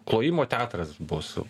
klojimo teatras bus